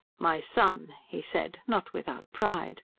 my son, he said, not without pride.